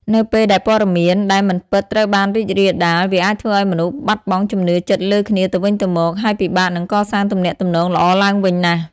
នៅពេលដែលព័ត៌មានដែលមិនពិតត្រូវបានរីករាលដាល វាអាចធ្វើឱ្យមនុស្សបាត់បង់ជំនឿចិត្តលើគ្នាទៅវិញទៅមក ហើយពិបាកនឹងកសាងទំនាក់ទំនងល្អឡើងវិញណាស់។